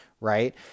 right